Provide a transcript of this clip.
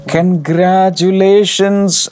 Congratulations